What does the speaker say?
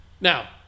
Now